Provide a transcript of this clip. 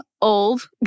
old